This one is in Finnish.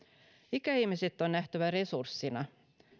ikäihmiset on nähtävä resurssina